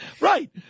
Right